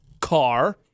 car